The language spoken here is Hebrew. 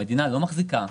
המדינה לא מחזיקה.